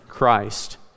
Christ